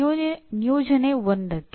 ಪರಿಣಾಮ ವಾಕ್ಯಗಳ ಲಕ್ಷಣಗಳು ಯಾವುವು